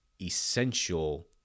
essential